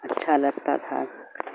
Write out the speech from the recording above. اچھا لگتا تھا